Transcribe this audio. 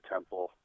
Temple